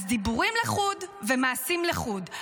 אז דיבורים לחוד ומעשים לחוד,